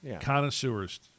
Connoisseur's